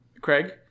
Craig